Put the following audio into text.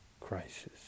crisis